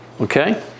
okay